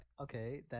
Okay